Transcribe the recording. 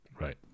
Right